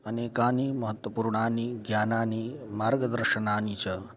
अनेकानि महत्त्वपूर्णानि ज्ञानानि मार्गदर्शनानि च